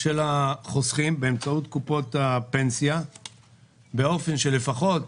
של החוסכים באמצעות קופות הפנסיה באופן שלפחות